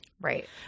Right